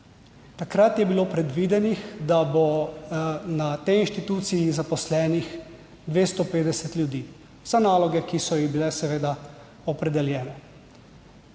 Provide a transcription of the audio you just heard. takrat je bilo predvidenih, da bo na tej inštituciji zaposlenih 250 ljudi za naloge, ki so ji bile seveda opredeljene.